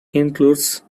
includes